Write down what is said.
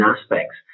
aspects